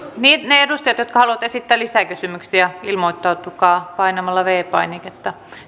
ne edustajat jotka haluavat esittää lisäkysymyksiä ilmoittautukaa painamalla viides painiketta